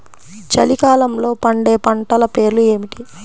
చలికాలంలో పండే పంటల పేర్లు ఏమిటీ?